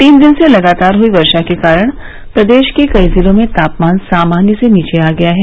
तीन दिन से लगातार हुई वर्षा के कारण प्रदेश के कई जिलों में तापमान सामान्य से नीचे आ गया है